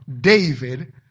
David